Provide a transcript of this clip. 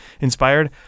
inspired